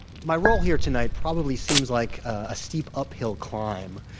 my role here tonight probably seems like a steep uphill climb.